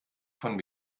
von